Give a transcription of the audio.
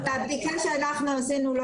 בבדיקה שאנחנו עשינו,